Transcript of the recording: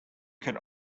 could